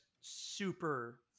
super